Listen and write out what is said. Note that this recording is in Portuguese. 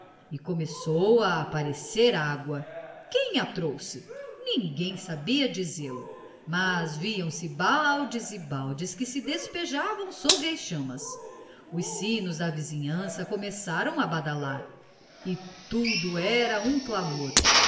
e começou a aparecer água quem a trouxe ninguém sabia dizê-lo mas viam-se baldes e baldes que se despejavam sobre as chamas os sinos da vizinhança começaram a badalar e tudo era um clamor